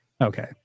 Okay